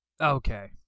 Okay